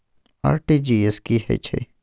RTG S की है छै?